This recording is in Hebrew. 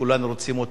כולנו רוצים אותו,